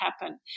happen